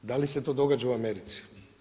Da li se to događa u Americi?